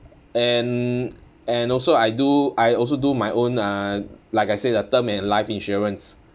and and also I do I also do my own ah like I said the term and life insurance